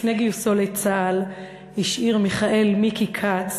לפני גיוסו לצה"ל השאיר מיכאל מיקי כץ